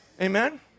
Amen